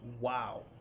wow